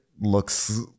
looks